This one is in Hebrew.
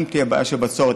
אם תהיה בעיה של בצורת,